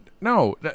No